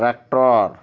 tractor